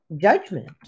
judgment